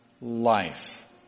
life